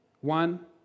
One